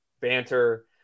banter